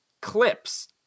clips